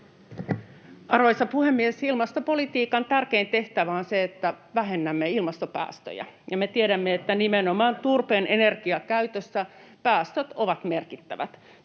Arvoisa puhemies! Ilmastopolitiikan tärkein tehtävä on se, että vähennämme ilmastopäästöjä, ja me tiedämme, että nimenomaan turpeen energiakäytössä päästöt ovat merkittävät.